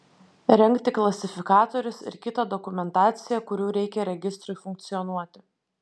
rengti klasifikatorius ir kitą dokumentaciją kurių reikia registrui funkcionuoti